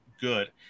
good